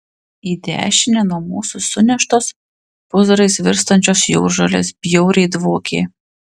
į dešinę nuo mūsų suneštos pūzrais virstančios jūržolės bjauriai dvokė